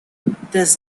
this